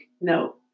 no